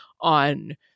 on